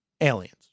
aliens